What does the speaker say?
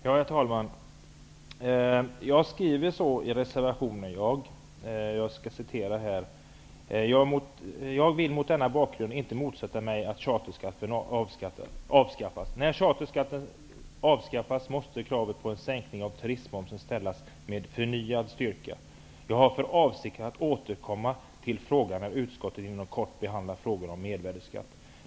Herr talman! Jag har skrivit så här i min reservation: ''Jag vill mot denna bakgrund inte motsätta mig att charterskatten avskaffas. När charterskatten avskaffas måste kravet på en sänkning av turistmomsen ställas med förnyad styrka. Jag har för avsikt att återkomma till frågan när utskottet inom kort behandlar frågor om mervärdesskatt.''